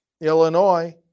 Illinois